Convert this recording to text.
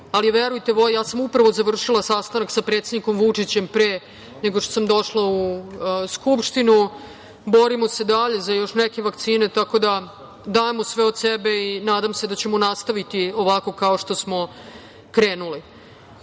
Ali, verujte mi, ja sam upravo završila sastanak sa predsednikom Vučićem pre nego što sam došla u Skupštinu, borimo se dalje za još neke vakcine, dajemo sve od sebe i nadam se da ćemo nastaviti ovako kao što smo krenuli. Hvala